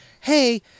hey